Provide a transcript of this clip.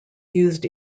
used